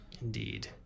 indeed